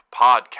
Podcast